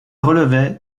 relevait